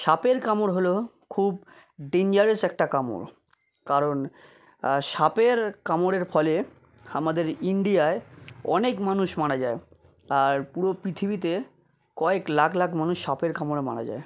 সাপের কামড় হলো খুব ডেঞ্জারাস একটা কামড় কারণ সাপের কামড়ের ফলে আমাদের ইন্ডিয়ায় অনেক মানুষ মারা যায় আর পুরো পৃথিবীতে কয়েক লাখ লাখ মানুষ সাপের কামড়ে মারা যায়